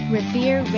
Revere